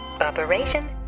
Operation